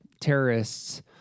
terrorists